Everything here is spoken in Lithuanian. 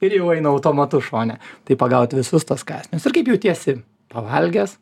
ir jau eina automatu šone tai pagaut visus tuos kąsnius ir kaip jautiesi pavalgęs